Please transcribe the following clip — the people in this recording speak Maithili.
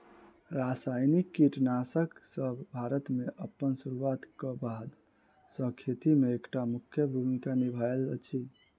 रासायनिक कीटनासकसब भारत मे अप्पन सुरुआत क बाद सँ खेती मे एक टा मुख्य भूमिका निभायल अछि